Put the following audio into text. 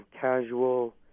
casual